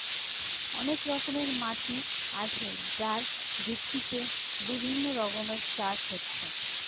অনেক রকমের মাটি আছে যার ভিত্তিতে বিভিন্ন রকমের চাষ হচ্ছে